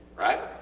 right?